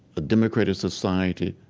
a democratic society,